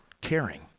caring